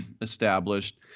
established